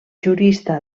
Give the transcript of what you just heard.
jurista